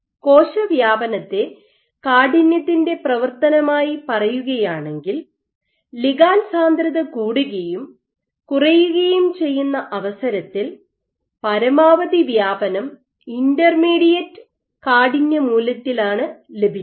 കോശവ്യാപനത്തെ കാഠിന്യത്തിന്റെ പ്രവർത്തനമായി പറയുകയാണെങ്കിൽ ലിഗാണ്ട് സാന്ദ്രത കൂടുകയും കുറയുകയും ചെയ്യുന്ന അവസരത്തിൽ പരമാവധി വ്യാപനം ഇന്റർമീഡിയറ്റ് കാഠിന്യ മൂല്യത്തിലാണ് ലഭിക്കുന്നത്